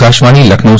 Akashvani Lucknow